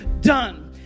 done